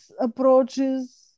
approaches